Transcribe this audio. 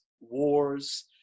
Wars